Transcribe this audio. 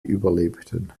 überlebten